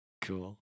Cool